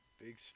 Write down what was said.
Big